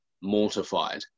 mortified